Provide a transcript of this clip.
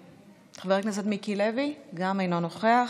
חבר הכנסת מיקי לוי, גם אינו נוכח,